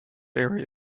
area